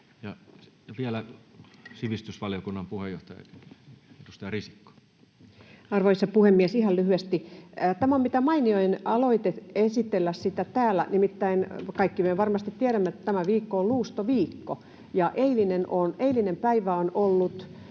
muuttamisesta Time: 19:55 Content: Arvoisa puhemies! Ihan lyhyesti. Tämä on mitä mainioin aloite esitellä täällä, nimittäin kaikki me varmasti tiedämme, että tämä viikko on Luustoviikko ja eilinen päivä on ollut